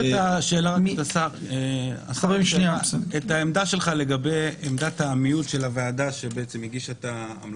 לשאול מה העמדה שלך לגבי עמדת המיעוט של הוועדה שהגישה את ההמלצות.